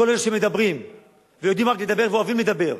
מכל אלה שמדברים ויודעים רק לדבר ואוהבים לדבר.